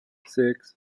six